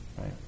right